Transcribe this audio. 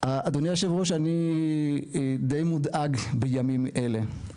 אדוני יושב הראש, אני די מודאג בימים אלה.